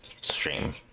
stream